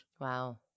Wow